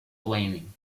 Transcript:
blaming